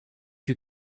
you